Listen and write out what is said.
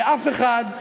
ואף אחד,